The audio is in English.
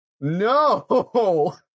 No